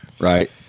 Right